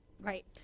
Right